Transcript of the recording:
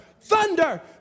thunder